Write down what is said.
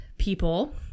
people